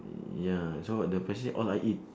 ya so what the percentage all I eat